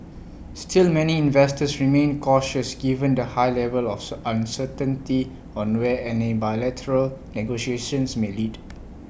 still many investors remained cautious given the high level of so uncertainty on where any bilateral negotiations may lead